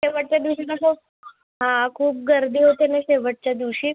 शेवटच्या दिवशी कसं हां खूप गर्दी होते ना शेवटच्या दिवशी